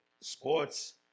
sports